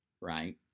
right